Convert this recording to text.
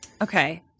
Okay